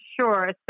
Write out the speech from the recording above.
sure